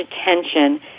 attention